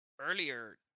earlier